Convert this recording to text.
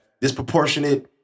disproportionate